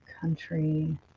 country